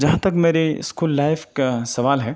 جہاں تک میری اسکول لائف کا سوال ہے